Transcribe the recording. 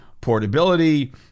portability